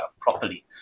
properly